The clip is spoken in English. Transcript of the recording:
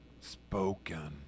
Spoken